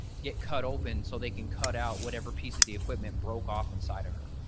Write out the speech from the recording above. get cut open so they can cut out whatever piece of the equipment broke off inside of her.